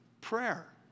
prayer